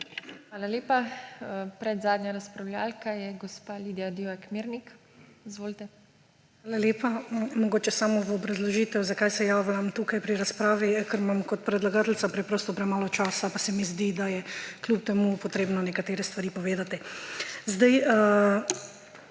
Hvala lepa. Predzadnja razpravljavka je gospa Lidija Divjak Mirnik. Izvolite. LIDIJA DIVJAK MIRNIK (PS LMŠ): Hvala lepa. Mogoče samo v obrazložitev, zakaj se javljam tu pri razpravi: ker imam kot predlagateljica preprosto premalo časa, pa se mi zdi, da je kljub temu potrebno nekatere stvari povedati.